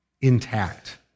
intact